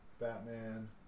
Batman